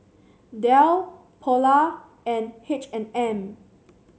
Dell Polar and H and M